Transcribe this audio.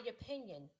opinion